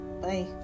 Bye